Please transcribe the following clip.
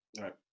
right